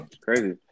crazy